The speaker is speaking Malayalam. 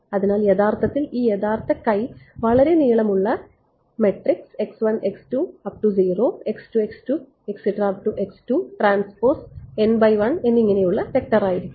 അതിനാൽ യഥാർത്ഥത്തിൽ ഈ യാഥാർത്ഥ വളരെ നീളമുള്ള എന്നിങ്ങനെയുള്ള വെക്ടറായിരിക്കും